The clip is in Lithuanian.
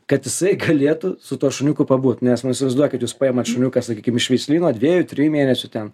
kad jisai galėtų su tuo šuniuku pabūt nes nu įsivaizduokit jūs paimat šuniuką sakykim iš veislyno dviejų trijų mėnesių ten